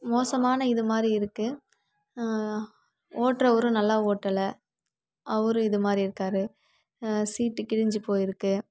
மோசமான இது மாதிரி இருக்குது ஓட்டுறவரும் நல்லா ஓட்டலை அவரும் இது மாதிரி இருக்கார் சீட்டு கிழிஞ்சு போயிருக்கு